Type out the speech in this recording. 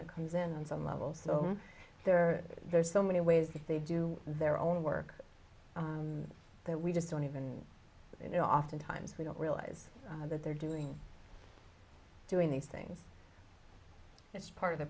that comes in on some level so there are so many ways that they do their own work that we just don't even know oftentimes we don't realize that they're doing doing these things that's part of the